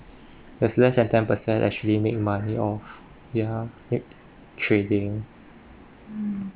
that's less than ten percent actually make money of ya i~ trading